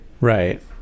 Right